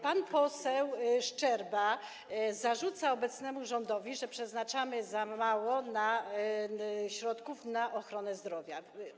Pan poseł Szczerba zarzuca obecnemu rządowi, że przeznacza za mało środków na ochronę zdrowia.